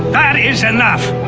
that is enough!